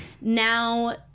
now